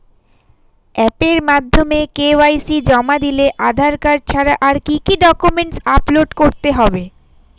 অ্যাপের মাধ্যমে কে.ওয়াই.সি জমা দিলে আধার কার্ড ছাড়া আর কি কি ডকুমেন্টস আপলোড করতে হবে?